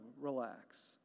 relax